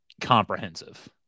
comprehensive